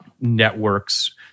networks